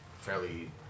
fairly